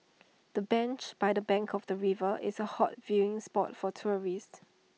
the bench by the bank of the river is A hot viewing spot for tourists